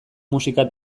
musika